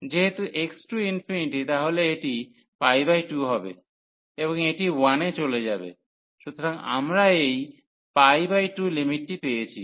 যেহেতু x→∞ তাহলে এটি 2 হবে এবং এটি 1 এ চলে যাবে সুতরাং আমরা এই 2 লিমিটটি পেয়েছি